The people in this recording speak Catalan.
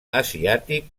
asiàtic